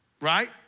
right